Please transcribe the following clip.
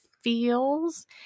feels